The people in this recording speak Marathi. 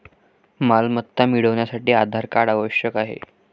मालमत्ता मिळवण्यासाठी आधार कार्ड आवश्यक आहे